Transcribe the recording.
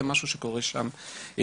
זה משהו שקורה אי שם במזרח.